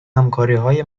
همکاریهای